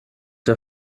der